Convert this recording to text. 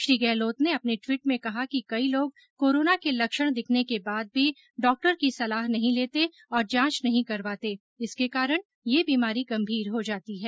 श्री गहलोत ने अपने ट्वीट में कहा कि कई लोग कोरोना के लक्षण दिखने के बाद भी डॉक्टर की सलाह नहीं लेते और जांच नहीं करवाते इसके कारण यह बीमारी गंभीर हो जाती है